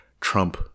Trump